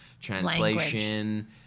translation